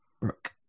Brooke